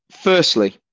Firstly